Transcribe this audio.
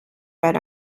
red